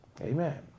Amen